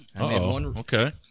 okay